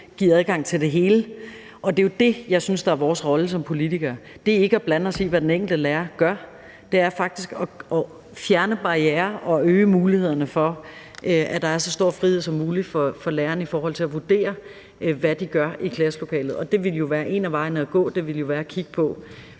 give adgang til det hele, og det er jo det, jeg synes er vores rolle som politikere. Det er ikke at blande os i, hvad den enkelte lærer gør, men det er faktisk at fjerne barrierer og øge mulighederne for, at der er så stor en frihed som muligt for lærerne i forhold til at vurdere, hvad de gør i klasselokalet, og en af vejene at gå ville jo være at kigge på,